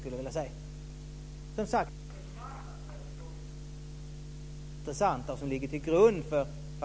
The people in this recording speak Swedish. Som sagt, det är marknadsvärdet som är det intressanta. Det ligger till grund för fastighetsskatten.